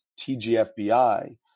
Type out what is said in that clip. TGFBI